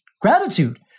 gratitude